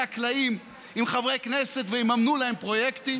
הקלעים עם חברי כנסת ויממנו להם פרויקטים.